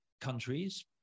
countries